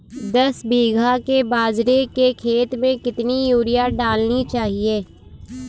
दस बीघा के बाजरे के खेत में कितनी यूरिया डालनी चाहिए?